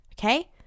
Okay